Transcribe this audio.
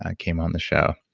ah came on the show,